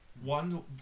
one